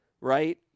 right